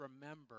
remember